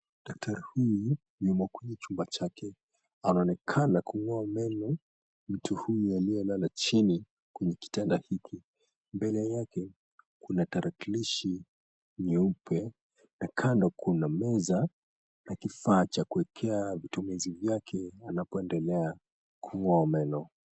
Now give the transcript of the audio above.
Daktari huyu yumo kwenye chumba chake anaonekana kung'oa meno mtu huyu aliyelala chini kwenye kitanda hiki mbele yake kuna tarakilishi nyeupe na kando kuna meza na kifaa cha kuwekea vitumizi vyake anapoendelea kung'oa meno.